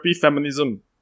feminism